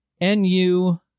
NU